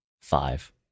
five